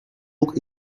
look